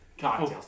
Cocktails